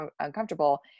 uncomfortable